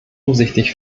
umsichtig